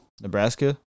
Nebraska